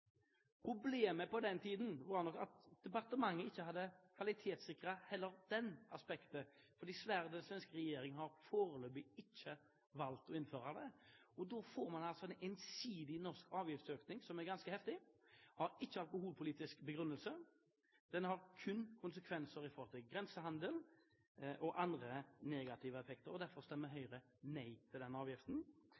Problemet på den tiden var nok at departementet heller ikke hadde kvalitetssikret det aspektet, for den svenske regjeringen har foreløpig ikke valgt å innføre den. Da får man en ensidig norsk avgiftsøkning som er ganske heftig, og som ikke har alkoholpolitisk begrunnelse. Den har kun konsekvenser for grensehandel og andre negative effekter. Derfor stemmer